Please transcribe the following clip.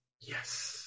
yes